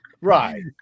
Right